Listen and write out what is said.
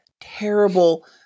terrible